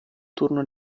turno